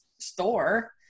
store